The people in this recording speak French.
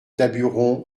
daburon